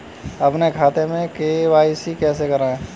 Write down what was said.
अपने खाते में के.वाई.सी कैसे कराएँ?